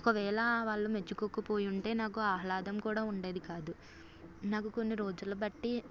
ఒకవేళ వాళ్ళు మెచ్చుకోకపోయి ఉంటే నాకు ఆహ్లాదం కూడా ఉండేది కాదు నాకు కొన్ని రోజుల బట్టి